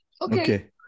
Okay